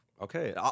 Okay